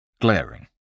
Glaring